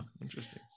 Interesting